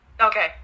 okay